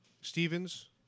Stevens